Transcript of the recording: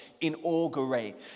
inaugurate